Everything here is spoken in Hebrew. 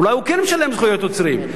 אולי הוא כן משלם זכויות יוצרים?